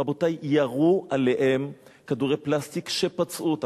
רבותי, ירו עליהם כדורי פלסטיק שפצעו אותם.